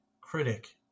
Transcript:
critic